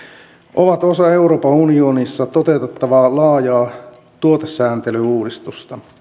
ovat osa euroopan unionissa toteutettavaa laajaa tuotesääntelyuudistusta